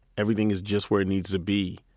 everything is just where it needs to be.